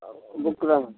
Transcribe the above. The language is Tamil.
ஆ புக்குதாங்க